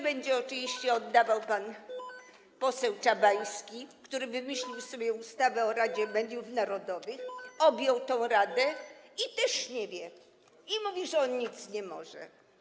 Będzie oczywiście oddawał pan poseł Czabański, który wymyślił sobie ustawę o Radzie Mediów Narodowych, objął przewodnictwo w tej radzie i też nie wie, i mówi, że on nic nie może.